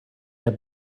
der